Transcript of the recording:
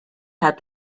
had